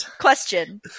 Question